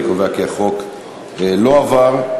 אני קובע שהחוק לא עבר.